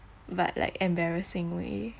but like embarrassing way